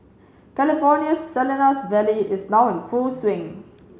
California's Salinas Valley is now in full swing